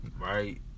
Right